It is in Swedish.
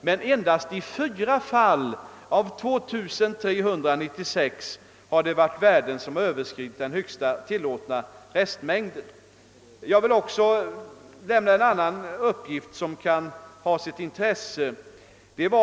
Men i endast fyra av 2 396 fall har det varit fråga om värden som överskridit den högsta tillåtna restmängden.